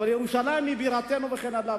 הוא אמר: ירושלים היא בירתנו, וכן הלאה.